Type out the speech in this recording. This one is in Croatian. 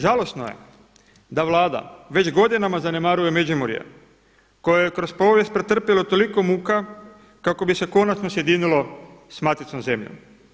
Žalosno je da Vlada već godinama zanemaruje Međimurje koje je kroz povijest pretrpjelo toliko muka kako bi se konačno sjedinilo sa maticom zemljom.